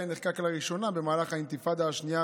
נחקק לראשונה במהלך האינתיפאדה השנייה,